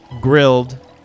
grilled